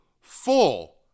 full